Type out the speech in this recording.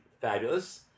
fabulous